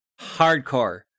hardcore